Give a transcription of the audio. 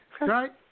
Right